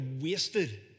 wasted